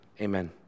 Amen